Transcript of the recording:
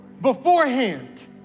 Beforehand